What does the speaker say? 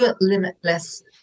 Limitless